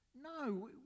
no